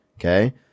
okay